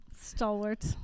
Stalwart